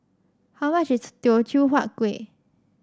how much is Teochew Huat Kueh